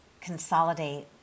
consolidate